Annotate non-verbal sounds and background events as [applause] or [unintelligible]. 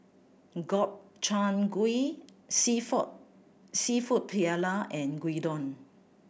Gobchang Gui [unintelligible] Seafood Paella and Gyudon